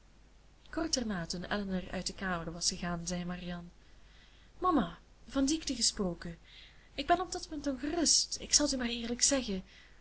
kort daarna toen elinor uit de kamer was gegaan zei marianne mama van ziekte gesproken ik ben op dat punt ongerust ik zal t u maar eerlijk zeggen